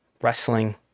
wrestling